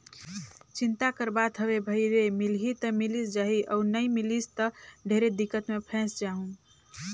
चिंता कर बात हवे भई रे मिलही त मिलिस जाही अउ नई मिलिस त ढेरे दिक्कत मे फंयस जाहूँ